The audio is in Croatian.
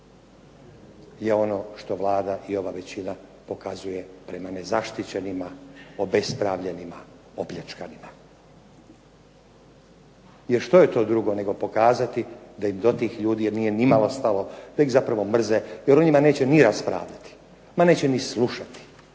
je ono što Vlada i ova većina pokazuje prema nezaštićenima, obespravljenima, opljačkanima. Jer što je to drugo nego pokazati da im do tih ljudi nije nimalo stalo, da ih zapravo mrze, jer o njima neće ni raspravljati, ma neće ni slušati,